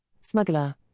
Smuggler